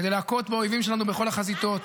כדי להכות באויבים שלנו בכל החזיתות,